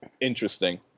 interesting